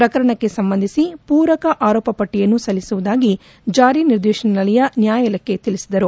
ಪ್ರಕರಣಕ್ಕೆ ಸಂಬಂಧಿಸಿ ಪೂರಕ ಆರೋಪ ಪಟ್ಟಯನ್ನು ಸಲ್ಲಿಸುವುದಾಗಿ ಜಾರಿ ನಿರ್ದೇಶನಾಲಯ ನ್ಯಾಯಾಲಯಕ್ಕೆ ತಿಳಿಸಿದರು